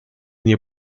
nie